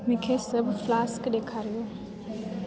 मूंखे सभु फ्लास्क ॾेखारियो